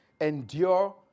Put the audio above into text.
endure